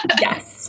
Yes